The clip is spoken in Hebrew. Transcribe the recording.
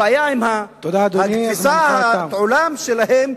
הבעיה היא עם תפיסת העולם שלהם,